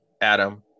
Adam